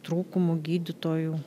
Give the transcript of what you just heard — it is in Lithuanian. trūkumų gydytojų